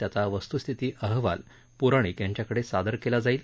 त्याचा वस्त्स्थिती अहवाल प्राणिक यांच्याकडे सादर केला जाईल